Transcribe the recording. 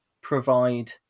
provide